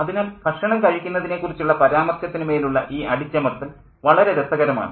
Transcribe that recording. അതിനാൽ ഭക്ഷണം കഴിക്കുന്നതിനെക്കുറിച്ചുള്ള പരാമർശത്തിനു മേലുള്ള ഈ അടിച്ചമർത്തൽ വളരെ രസകരമാണ്